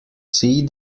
see